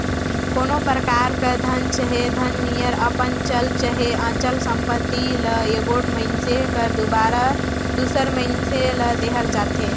कोनो परकार कर धन चहे धन नियर अपन चल चहे अचल संपत्ति ल एगोट मइनसे कर दुवारा दूसर मइनसे ल देहल जाथे